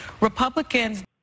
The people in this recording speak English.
Republicans